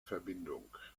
verbindung